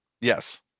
Yes